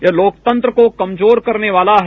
यह लोकतंत्र को कमजोर करने वाला है